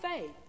faith